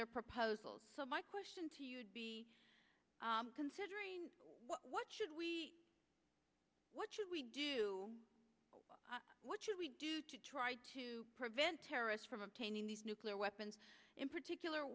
their proposals so my question to you considering what should we what should we do what should we do to try to prevent terrorists from obtaining nuclear weapons in particular